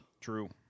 True